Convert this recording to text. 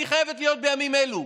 היא חייבת להיות בימים אלו,